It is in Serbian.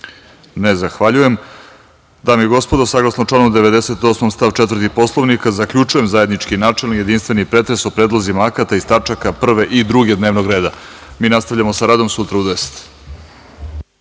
(Ne.)Zahvaljujem. Dame i gospodo, saglasno članu 98. stav 4. Poslovnika, zaključujem zajednički načelni, jedinstveni pretres o predlozima akata iz tačaka 1. i 2. dnevnog reda. Mi nastavljamo sa radom sutra u 10,00